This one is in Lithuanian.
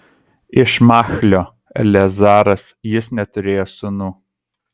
iš machlio eleazaras jis neturėjo sūnų